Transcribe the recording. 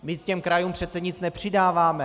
My těm krajům přece nic nepřidáváme.